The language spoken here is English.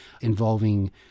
involving